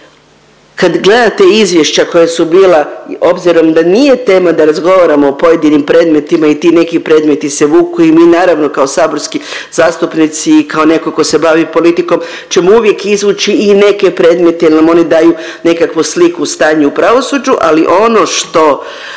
kad gledate izvješća koja su bila, obzirom da nije tema da razgovaramo o pojedinim predmetima i ti neki predmeti se vuku i mi naravno kao saborski zastupnici i kao neko ko se bavi politikom ćemo uvijek izvući i neke predmete jel nam oni daju nekakvu sliku o stanju u pravosuđu, ali ono što